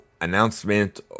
announcement